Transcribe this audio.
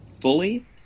fully